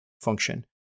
function